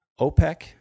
OPEC